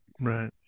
Right